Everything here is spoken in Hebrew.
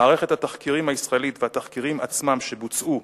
מערכת התחקירים הישראלית והתחקירים עצמם שבוצעו,